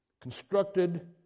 constructed